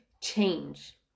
change